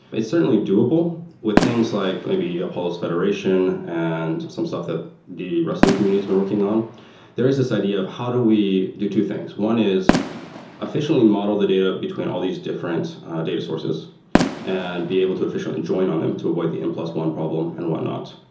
it's certainly doable with things like maybe a pulse federation and some stuff that the rest of the community has been working on there is this idea of how do we do two things? one is officially model the data between all these different data sources and be able to efficiently join on them to avoid the m plus one problem and whatnot.